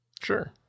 Sure